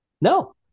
No